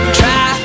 try